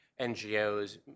NGOs